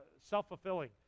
self-fulfilling